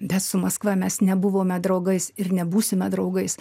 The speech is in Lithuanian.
bet su maskva mes nebuvome draugais ir nebūsime draugais